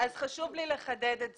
חשוב לי לחדד את זה,